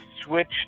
switch